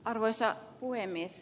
arvoisa puhemies